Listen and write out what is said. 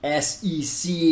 SEC